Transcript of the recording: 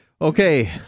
Okay